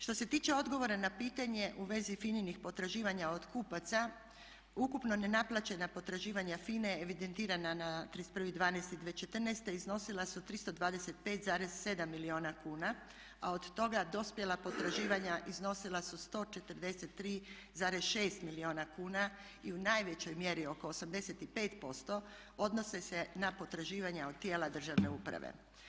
Što se tiče odgovora na pitanje u vezi FINA-nih potraživanja od kupaca ukupna nenaplaćena potraživanja FINA-e evidentirana na 31.12.2014. iznosila su 325,7 milijuna kuna, a od toga dospjela potraživanja iznosila su 143,6 milijuna kuna i u najvećoj mjeri oko 85% odnose se na potraživanja od tijela državne uprave.